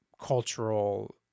cultural